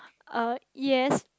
uh yes